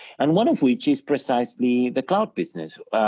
and one of which is precisely the cloud business.